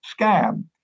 scam